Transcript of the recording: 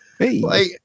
Hey